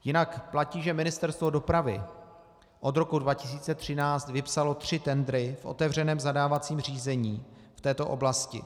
Jinak platí, že Ministerstvo dopravy od roku 2013 vypsalo tři tendry v otevřeném zadávacím řízení v této oblasti.